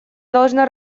должна